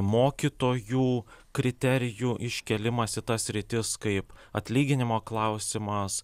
mokytojų kriterijų iškėlimas į tas sritis kaip atlyginimo klausimas